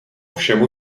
všemu